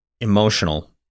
emotional